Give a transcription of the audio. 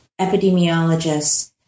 epidemiologists